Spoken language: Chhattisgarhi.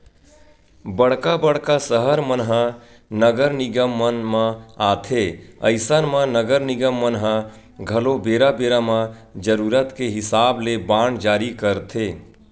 बड़का बड़का सहर मन ह नगर निगम मन म आथे अइसन म नगर निगम मन ह घलो बेरा बेरा म जरुरत के हिसाब ले बांड जारी करथे